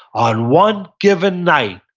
on one given night,